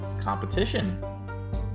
competition